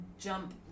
jump